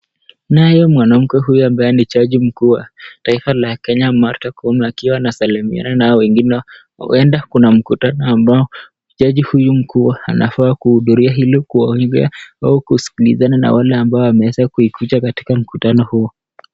Naye mwanamke huyu ambaye ni jaji mkuu wa taifa la Kenya Martha Koome akiwa anasalimiana na hao wengine. Huenda kuna mkutano ambao jaji huyu mkuu anafaa kuhudhuria au kuwaombea au kusikilizana na wale ambao wameweza kuja katika mkutano huo.